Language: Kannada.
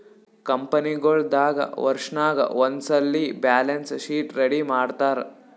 ಕಂಪನಿಗೊಳ್ ದಾಗ್ ವರ್ಷನಾಗ್ ಒಂದ್ಸಲ್ಲಿ ಬ್ಯಾಲೆನ್ಸ್ ಶೀಟ್ ರೆಡಿ ಮಾಡ್ತಾರ್